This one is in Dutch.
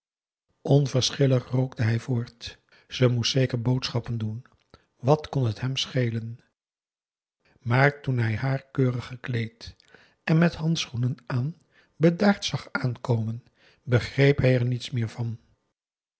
onverschillig rookte hij voort ze moest zeker boodschappen doen wat kon het hem schelen maar toen hij haar keurig gekleed en met handschoenen aan bedaard zag aankomen begreep hij er niets meer van